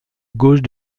gauche